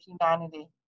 humanity